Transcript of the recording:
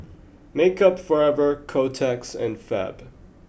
Makeup Forever Kotex and Fab